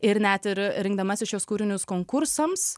ir net ir rinkdamasi šiuos kūrinius konkursams